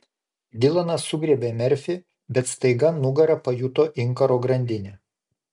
dilanas sugriebė merfį bet staiga nugara pajuto inkaro grandinę